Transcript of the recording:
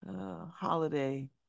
holiday